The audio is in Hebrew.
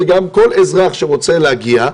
זה גם כל אזרח שרוצה להגיע.